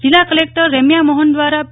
જિલ્લા કલેકટર રેમ્યા મોહન દદ્વરા રૂા